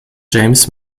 james